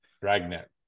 Dragnet